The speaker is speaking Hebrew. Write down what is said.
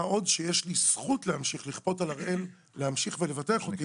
מה עוד שיש לי זכות להמשיך לכפות על הראל להמשיך ולבטח אותי.